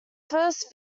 first